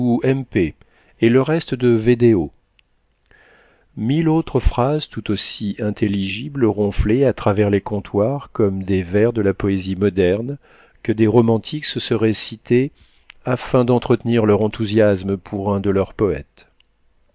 et le reste de v d o mille autres phrases tout aussi intelligibles ronflaient à travers les comptoirs comme des vers de la poésie moderne que des romantiques se seraient cités afin d'entretenir leur enthousiasme pour un de leurs poëtes